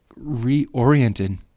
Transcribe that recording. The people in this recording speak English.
reoriented